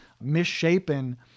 misshapen